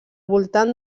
voltant